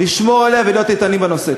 לשמור עליה ולהיות איתנים בנושא.